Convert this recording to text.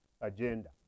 agenda